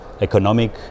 economic